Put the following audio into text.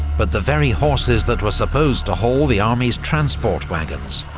but the very horses that were supposed to haul the army's transport wagons,